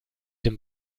dem